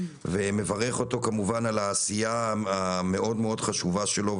ומברך אותו כמובן על העשייה החשובה מאוד שלו,